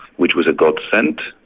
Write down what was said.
which was a godsend.